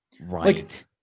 Right